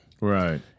right